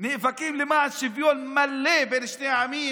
נאבקים למען שוויון מלא בין שני העמים